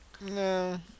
No